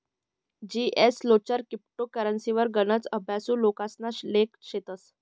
जीएसचोलर क्रिप्टो करेंसीवर गनच अभ्यासु लोकेसना लेख शेतस